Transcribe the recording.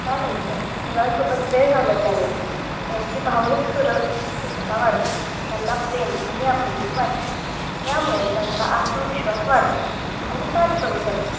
त्यानंतर मुलांसोबत वेळ घालवल्याने त्यांची भावनिक सुरक्षितता वाढते त्यांना प्रेम आणि आपुलकी वाटते यामुळे त्यांचा आत्मविश्वास वाढतो आणि ताण कमी होतो